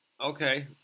okay